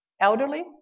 elderly